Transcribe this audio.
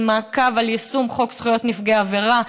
של מעקב על יישום חוק זכויות נפגעי עבירה.